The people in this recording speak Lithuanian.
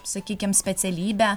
sakykim specialybe